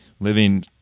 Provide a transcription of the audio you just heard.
living